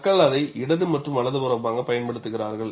மக்கள் அதை இடது மற்றும் வலதுபுறமாக பயன்படுத்துகிறார்கள்